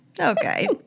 Okay